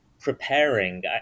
preparing